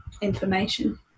information